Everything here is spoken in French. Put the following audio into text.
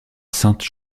sainte